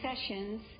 sessions